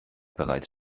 bereits